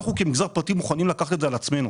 אנחנו כמגזר פרטי מוכנים לקחת את זה על עצמנו,